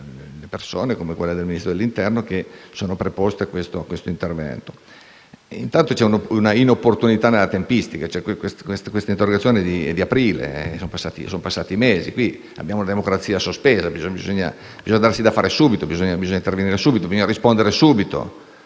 soggetti come il Ministro dell'interno che sono preposti a simili interventi. Intanto c'è una inopportunità nella tempistica: questa interrogazione è di aprile, sono passati mesi e qui abbiamo una democrazia sospesa: bisogna darsi da fare subito, bisogna intervenire subito, bisogna rispondere subito